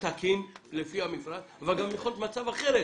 הוא תקין לפי המפרט אבל גם יכול להיות מצב אחר,